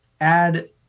add